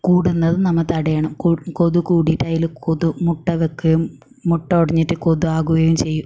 കൂടുന്നതും നമ്മൾ തടയണം കൊതു കൊതു കൂടിയിട്ട് അതിൽ കൊതു മുട്ട വെക്കുകയും മുട്ട ഉടഞ്ഞിട്ട് കൊതു ആകുകയും ചെയ്യും